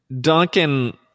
Duncan